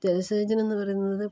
ജലസേചനമെന്ന് പറയുന്നത്